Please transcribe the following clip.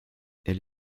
elle